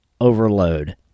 overload